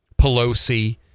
Pelosi